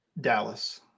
Dallas